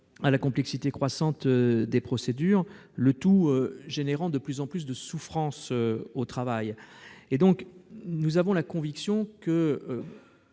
à la complexité croissante des procédures, le tout provoquant de plus en plus de souffrance au travail. Or nous avons la conviction que